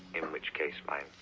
in which case my